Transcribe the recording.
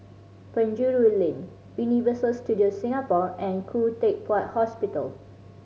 Penjuru Lane Universal Studios Singapore and Khoo Teck Puat Hospital